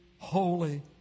holy